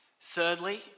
Thirdly